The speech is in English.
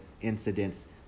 incidents